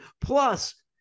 Plus